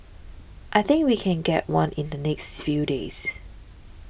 I think we can get one in the next few days